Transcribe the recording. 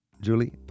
Julie